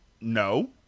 no